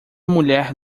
mulher